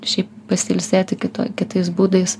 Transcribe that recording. šiaip pasiilsėti kito kitais būdais